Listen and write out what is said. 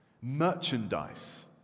Merchandise